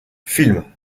films